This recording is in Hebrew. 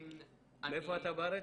מאיפה אתה בארץ?